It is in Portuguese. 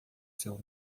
seu